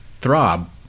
throb